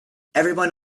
everyone